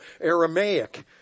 Aramaic